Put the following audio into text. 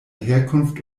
herkunft